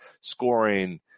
scoring